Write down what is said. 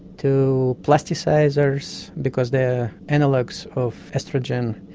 to plasticisers because they are analogues of oestrogen,